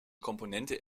komponente